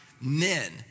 men